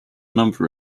number